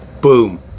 Boom